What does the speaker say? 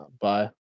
Bye